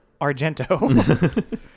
Argento